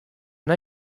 nei